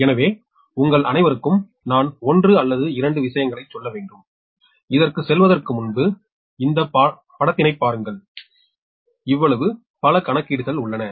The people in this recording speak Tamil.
எனவே உங்கள் அனைவருக்கும் நான் 1 அல்லது 2 விஷயங்களைச் சொல்ல வேண்டும் இதற்குச் செல்வதற்கு முன்பு இந்த பாடத்திட்டத்தைப் பாருங்கள் இவ்வளவு பல கணக்கீடுகள் உள்ளன